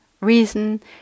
reason